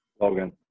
Logan